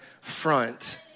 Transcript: front